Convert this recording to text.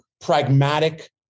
pragmatic